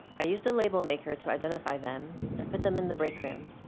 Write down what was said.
i used a label maker to identify them and put them in the break room.